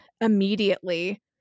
immediately